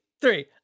three